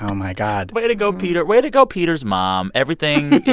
um my god way to go, pieter way to go, pieter's mom everything